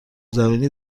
زمینی